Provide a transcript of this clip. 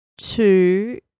Two